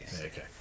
okay